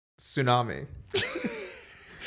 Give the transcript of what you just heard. Tsunami